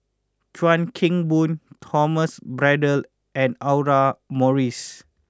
Chuan Keng Boon Thomas Braddell and Audra Morrice